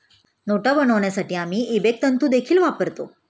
नोटा बनवण्यासाठी आम्ही इबेक तंतु देखील वापरतो